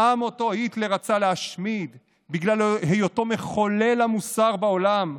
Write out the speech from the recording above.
העם שאותו היטלר רצה להשמיד בגלל היותו מחולל המוסר בעולם,